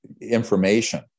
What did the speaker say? information